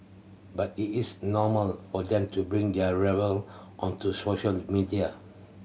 but it is normal for them to bring there rivalry onto social media